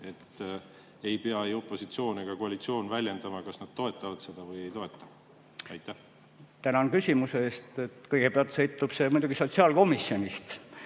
Ei pea ei opositsioon ega koalitsioon väljendama, kas nad toetavad seda või ei toeta. Tänan küsimuse eest! Kõigepealt sõltub see muidugi sotsiaalkomisjonist.